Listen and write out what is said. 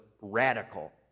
radical